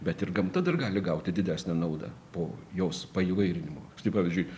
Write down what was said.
bet ir gamta dar gali gauti didesnę naudą po jos paįvairinimo štai pavyzdžiui